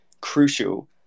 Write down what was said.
crucial